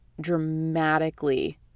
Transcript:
dramatically